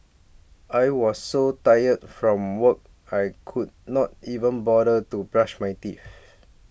I was so tired from work I could not even bother to brush my teeth